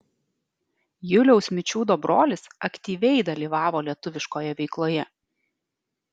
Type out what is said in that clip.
juliaus mičiūdo brolis aktyviai dalyvavo lietuviškoje veikloje